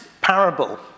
parable